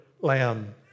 lamb